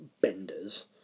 benders